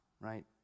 Right